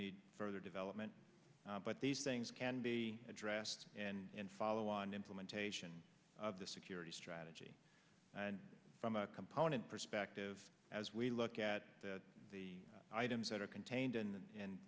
need further development but these things can be addressed and follow on implementation of the security strategy and from a component perspective as we look at the items that are contained in